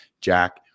Jack